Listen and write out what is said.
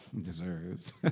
deserves